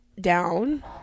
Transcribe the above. down